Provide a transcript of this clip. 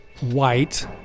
white